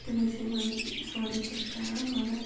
تِمَے چھِ یِمَن سورُے کینٛہہ کَران مگر